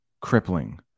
crippling